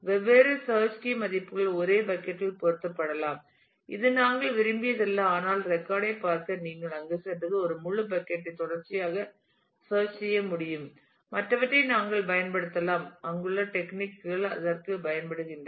வெவ்வேறு search key மதிப்புகள் ஒரே பக்கட் யில் பொருத்தப்படலாம் இது நாங்கள் விரும்பியதல்ல ஆனால் ஒரு ரெக்கார்ட் ஐ பார்க்க நீங்கள் அங்கு சென்றதும் ஒரு முழு பக்கட் ஐ தொடர்ச்சியாக சேர்ச் செய்ய வேண்டும் மற்றவற்றை நாங்கள் பயன்படுத்தலாம் அங்குள்ள டெக்னிக் கள் அதற்கு பயன்படுகின்றன